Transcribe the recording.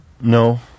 No